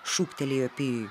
šūktelėjo pijui